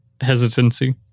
hesitancy